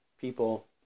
people